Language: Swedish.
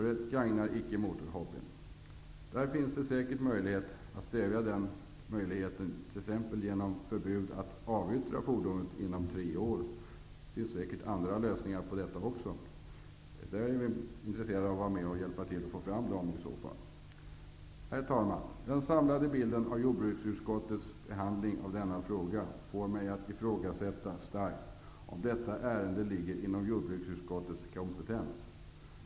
Det gagnar inte motorhobbyn. Det finns säkert möjlighet att stävja detta, t.ex. genom förbud att avyttra fordonet inom tre år. Det finns säkert andra lösningar också. Vi är intresserade av att vara med och ta fram dessa lösningar. Herr talman! Den samlade bilden av jordbruksutskottets behandling av denna fråga får mig att starkt ifrågasätta om detta ärende ligger inom utskottets kompetensområde.